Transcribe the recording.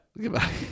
Goodbye